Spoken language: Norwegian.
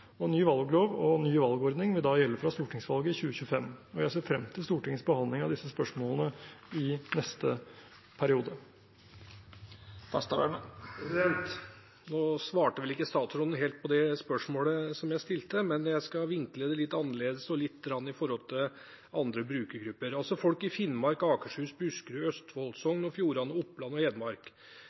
og ny valglov og ny valgordning vil da gjelde fra stortingsvalget 2025. Jeg ser frem til Stortingets behandling av disse spørsmålene i neste periode. Nå svarte vel ikke statsråden helt på det spørsmålet som jeg stilte, men jeg skal vinkle det litt annerledes og litt med tanke på andre brukergrupper. Folk i Finnmark, Akershus, Buskerud, Østfold, Sogn og Fjordane, Oppland og Hedmark